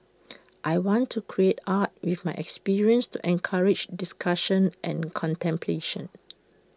I want to create art with my experience to encourage discussion and contemplation